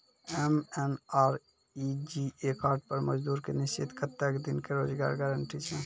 MNREGA card पर मजदुर के निश्चित कत्तेक दिन के रोजगार गारंटी छै?